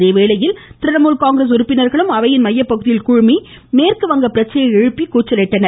அதேவேளையில் திரிணமுல் காங்கிரஸ் உறுப்பினர்களும் அவையின் மைய பகுதியில் குழுமி மேற்கு வங்க பிரச்சனையை எழுப்பி கூச்சலிட்டனர்